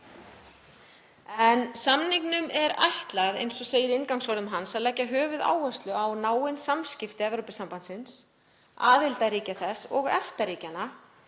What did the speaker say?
en samningnum er ætlað, eins og segir í inngangsorðum hans, að leggja höfuðáherslu á náin samskipti Evrópusambandsins, aðildarríkja þess og EFTA-ríkjanna